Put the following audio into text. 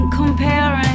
comparing